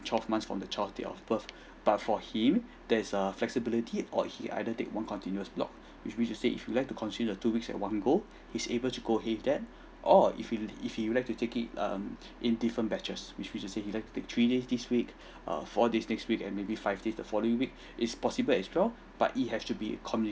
twelve months from the child date of birth but for him there's a flexibility or he either take one continuous block which mean to say if he'd like to consume the two week at one go he's able to go ahead with that or if he if he would like to take it um in different batches which mean to say he'd like to take three days this week err four days next week and maybe five days the following weeks is possible as well but it has to be communicated